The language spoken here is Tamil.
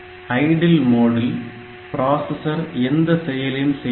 ஐடில் மோடில் ப்ராசசர் எந்த செயலையும் செய்வதில்லை